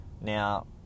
Now